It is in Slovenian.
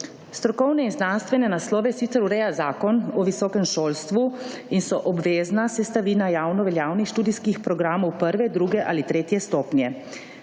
Strokovne in znanstvene naslove sicer ureja zakon o visokem šolstvu in so obvezna sestavina javno veljavnih študijskih programov prve, druge ali tretje stopnje.